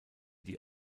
die